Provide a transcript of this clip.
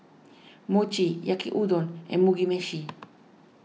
Mochi Yaki Udon and Mugi Meshi